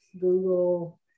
Google